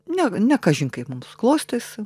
ne ne kažin kaip mums klostėsi